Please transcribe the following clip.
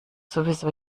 sowieso